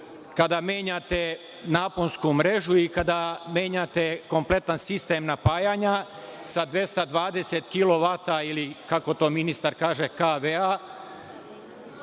kada menjate naponsku mrežu i kada menjate kompletan sistem napajanja sa 220 kilovata ili, kako to ministar kaže, KV-a,